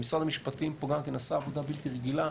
משרד המשפטים פה גם כן עשה עבודה בלתי רגילה.